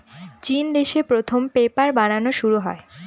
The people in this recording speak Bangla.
চিন দেশে প্রথম পেপার বানানো শুরু হয়